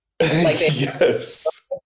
Yes